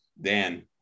Dan